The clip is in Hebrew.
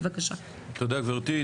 תודה רבה גברתי,